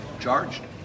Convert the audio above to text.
charged